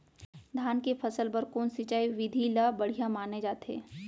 धान के फसल बर कोन सिंचाई विधि ला बढ़िया माने जाथे?